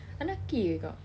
anaqi eh kak